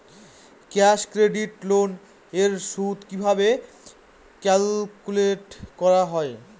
Cash credit loan এর সুদ কিভাবে ক্যালকুলেট করা হয়?